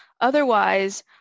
otherwise